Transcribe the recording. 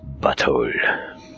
butthole